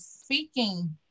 speaking